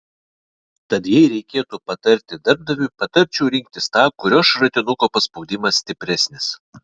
tad jei reikėtų patarti darbdaviui patarčiau rinktis tą kurio šratinuko paspaudimas stipresnis